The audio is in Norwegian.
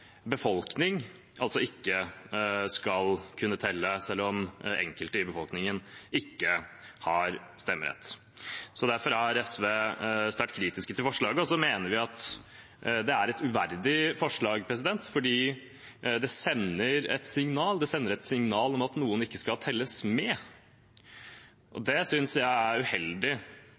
Derfor er SV sterkt kritiske til forslaget, og vi mener det er et uverdig forslag fordi det sender et signal om at noen ikke skal telles med. Jeg synes det er uheldig at det blir framført fra denne talerstolen, derfor vil jeg